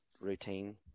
routine